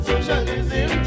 Socialism